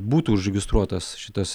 būtų užregistruotas šitas